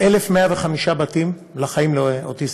1,105 בתים לחיים לאוטיסטים.